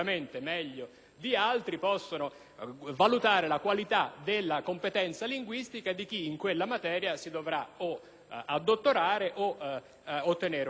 di altri possano valutare la qualità della competenza linguistica di chi in quella materia dovrà ottenere il dottorato o una cattedra?